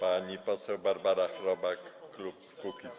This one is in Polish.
Pani poseł Barbara Chrobak, klub Kukiz’15.